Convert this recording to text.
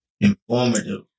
informative